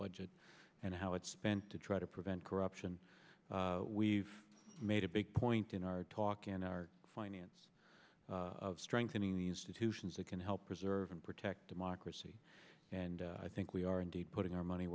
budget and how it's spent to try to prevent corruption we've made a big point in our talk in our finance of strengthening the institutions that can help preserve and protect democracy and i think we are indeed putting our money